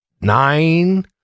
nine